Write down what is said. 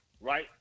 right